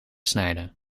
snijden